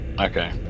Okay